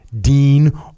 Dean